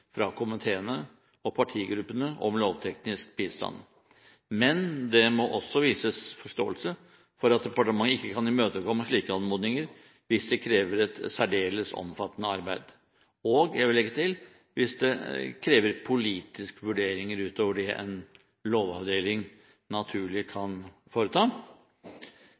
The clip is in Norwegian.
fra komiteene og partigruppene om lovteknisk bistand. Men det må også vises forståelse for at departementene ikke kan imøtekomme slike anmodninger hvis det kreves et særdeles omfattende arbeid, og – jeg vil legge til – hvis det krever politiske vurderinger utover det en lovavdeling naturlig kan foreta.